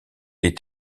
est